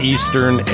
Eastern